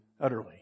utterly